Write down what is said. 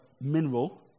mineral